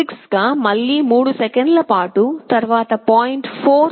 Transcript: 6 గా మళ్ళీ 3 సెకన్లపాటు తరువాత 0